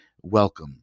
welcome